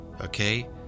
Okay